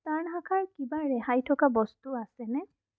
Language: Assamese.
ইষ্টাৰ্ণ শাখাৰ কিবা ৰেহাই থকা বস্তু আছেনে